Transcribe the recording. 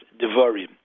Devarim